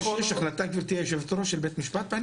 יש החלטה של בית משפט בעניין?